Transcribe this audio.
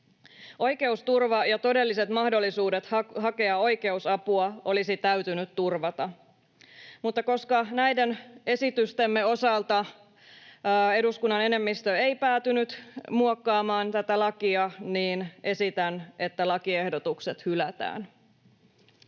Oikeusturva ja todelliset mahdollisuudet hakea oikeusapua olisi täytynyt turvata. Mutta koska näiden esitystemme osalta eduskunnan enemmistö ei päätynyt muokkaamaan tätä lakia, niin esitän, että lakiehdotukset hylätään.